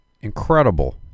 incredible